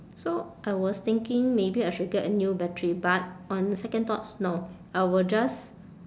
so I was thinking maybe I should get a new battery but on second thoughts no I will just